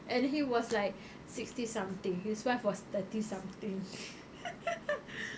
and he was like sixty something his wife was thirty something